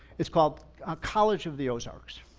it's called college of the ozarks.